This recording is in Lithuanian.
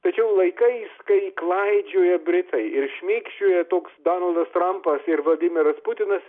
tačiau laikais kai klaidžioja britai ir šmėkščioja toks donaldas trampas ir vladimiras putinas